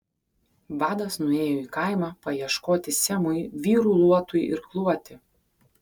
vadas nuėjo į kaimą paieškoti semui vyrų luotui irkluoti